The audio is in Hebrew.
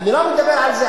אני לא מדבר על זה.